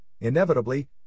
inevitably